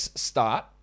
start